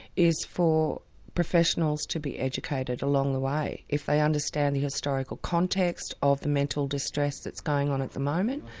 is for professionals to be educated along the way. if they understand the historical context of the mental distress that's going on at the moment,